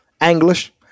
English